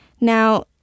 Now